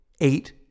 Eight